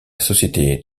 société